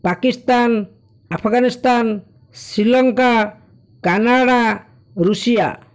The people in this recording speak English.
Pakistan Afghanistan Sri Lanka Canada Russia